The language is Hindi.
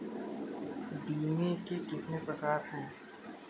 बीमे के कितने प्रकार हैं?